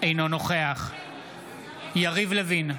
אינו נוכח יריב לוין,